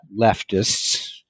leftists